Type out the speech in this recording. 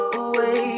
away